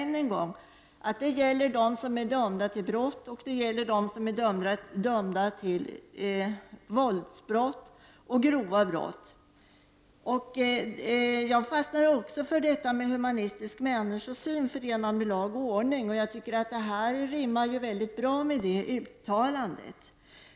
Jag vill än en gång påpeka att det gäller dem som är dömda för våldsbrott och grova brott. Jag har också fastnat för detta med human människosyn, förenad med lag och ordning, och det rimmar mycket bra med ett sådant här uttalande.